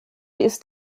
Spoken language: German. ist